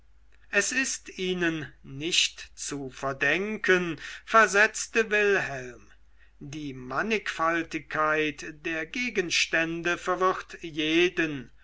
es ist ihnen nicht zu verdenken versetzte wilhelm die mannigfaltigkeit der gegenstände verwirrt jeden